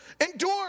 endure